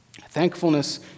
Thankfulness